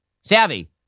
Savvy